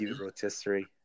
rotisserie